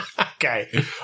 Okay